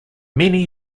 many